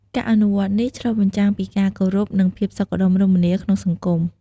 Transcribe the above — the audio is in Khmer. ការអនុវត្តនេះឆ្លុះបញ្ចាំងពីការគោរព និងភាពសុខដុមរមនាក្នុងសង្គម។